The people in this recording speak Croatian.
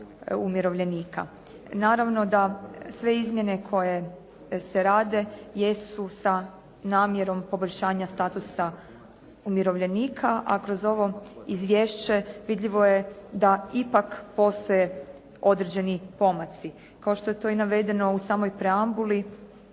umirovljenika. Naravno da sve izmjene koje se rade jesu sa namjerom poboljšanja statusa umirovljenika, a kroz ovo izvješće vidljivo je da ipak postoje određeni pomaci. Kao što je to navedeno u samoj preambuli